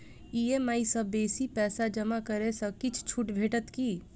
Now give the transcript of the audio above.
EMI सँ बेसी पैसा जमा करै सँ किछ छुट भेटत की?